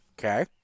Okay